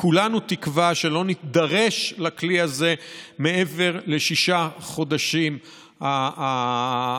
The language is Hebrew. וכולנו תקווה שלא נידרש לכלי הזה מעבר לששת החודשים העתידיים.